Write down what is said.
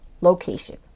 location